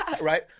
right